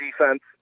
defense